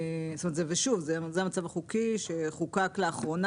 שוב, זה המצב החוקי שחוקק ממש לאחרונה.